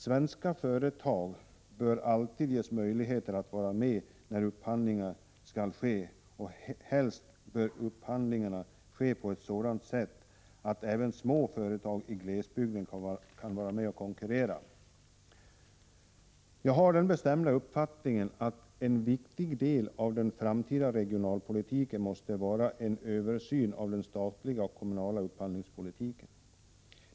Svenska företag bör alltid ges möjligheter att vara med när upphandling skall ske, och helst bör upphandlingarna ske på sådant sätt att även små företag i glesbygd kan vara med och konkurrera. Jag har den bestämda uppfattningen att en viktig del av en framtida regionalpolitik måste vara en översyn av den statliga och kommunala upphandlingspolitiken.